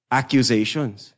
accusations